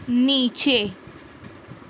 نیچے